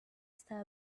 está